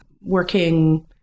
working